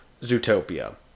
zootopia